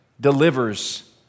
delivers